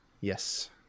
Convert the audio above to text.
Yes